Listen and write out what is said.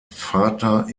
vater